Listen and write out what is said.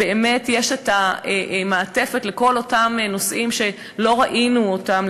יש את המעטפת לכל אותם נושאים שלא ראינו אותם,